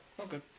Okay